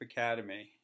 Academy